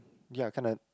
ya kinda